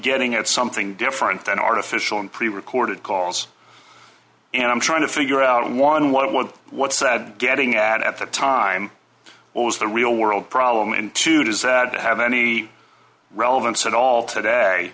getting at something different than artificial and prerecorded calls and i'm trying to figure out on one what one what's said getting at at the time what was the real world problem and two does that have any relevance at all today